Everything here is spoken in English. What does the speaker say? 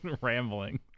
rambling